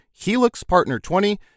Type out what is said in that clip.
HelixPartner20